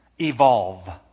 evolve